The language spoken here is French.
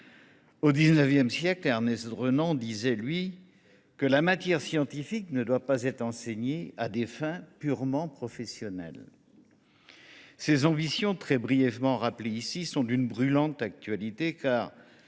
Au XIXsiècle, Ernest Renan disait quant à lui que la matière scientifique ne devait pas être enseignée à des fins purement professionnelles. Ces ambitions, très brièvement rappelées ici, sont d’une brûlante actualité, car